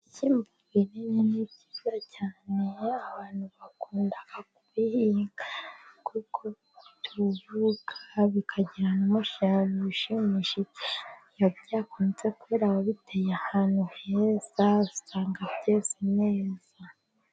Ibishyimbo binini ni byiza cyane, abantu bakunda kubihinga kuko bitubuka bikagira n'umusaruro ushimishije, iyo byakunze kwera wabiteye ahantu heza usanga byeze neza.